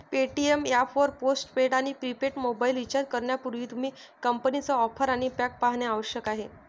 Paytm app वर postpaid आणि prepaid mobile recharge करण्यापूर्वी, तुम्ही कंपनीच्या ऑफर आणि पॅक पाहणे आवश्यक आहे